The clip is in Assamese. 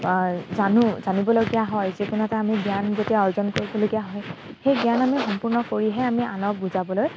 জানো জানিবলগীয়া হয় যিকোনো এটা আমি জ্ঞান যেতিয়া অৰ্জন কৰিবলগীয়া হয় সেই জ্ঞান আমি সম্পূৰ্ণ কৰিহে আমি আনক বুজাবলৈ